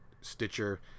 Stitcher